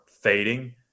fading